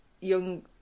young